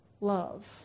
love